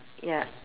ya